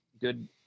good